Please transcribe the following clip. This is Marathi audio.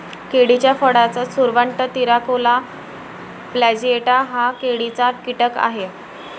केळीच्या फळाचा सुरवंट, तिराकोला प्लॅजिएटा हा केळीचा कीटक आहे